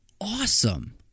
awesome